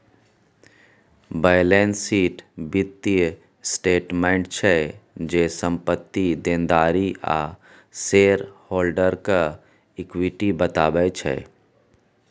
balance sheet बित्तीय statement छै जे, संपत्ति, देनदारी आ शेयर हॉल्डरक इक्विटी बताबै छै